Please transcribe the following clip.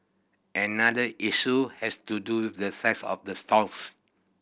another issue has to do with the size of the stalls